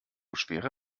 schwere